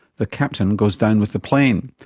the captain goes down with the plane.